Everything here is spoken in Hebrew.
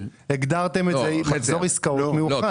הגדרתם את זה מחזור עסקאות מאוחד.